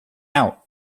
out